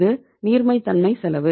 இது நீர்மைத்தன்மை செலவு